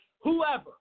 whoever